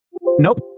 Nope